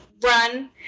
run